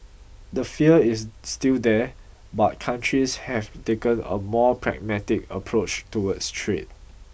the fear is still there but countries have taken a more pragmatic approach towards trade